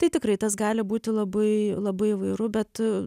tai tikrai tas gali būti labai labai įvairu bet